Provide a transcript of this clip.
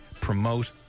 promote